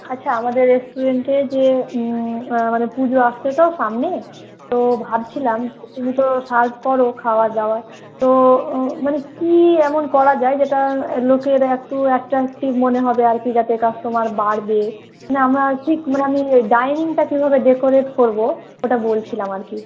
আচ্ছা আমাদের রেস্টুরেন্টে যে আমাদের পুজো আসছে তো সামনে তো ভাবছিলাম তুমি তো সার্ভ করো খাওয়া দাবার তো মানে কী এমন করা যায় যেটা লোকের একটু অ্যাট্র্যাকটিভ মনে হবে আর কী যাতে কাস্টমার বাড়বে মানে আমার ঠিক মানে আমি ডাইনিংটা কীভাবে ডেকোরেট করবো ওটা বলছিলাম আর কী